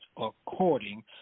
according